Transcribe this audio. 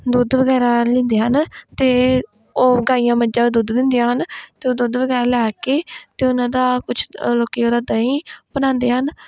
ਦੁੱਧ ਵਗੈਰਾ ਲੈਂਦੇ ਹਨ ਅਤੇ ਉਹ ਗਾਈਆਂ ਮੱਝਾਂ ਦੁੱਧ ਦਿੰਦੀਆਂ ਹਨ ਅਤੇ ਉਹ ਦੁੱਧ ਵਗੈਰਾ ਲੈ ਕੇ ਅਤੇ ਉਹਨਾਂ ਦਾ ਕੁਛ ਲੋਕ ਉਹਦਾ ਦਹੀਂ ਬਣਾਉਂਦੇ ਹਨ